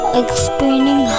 explaining